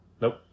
Nope